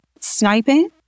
sniping